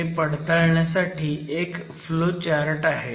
हे पडताळण्यासाठी एक फ्लोचार्ट आहे